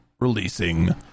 releasing